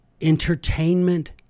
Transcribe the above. entertainment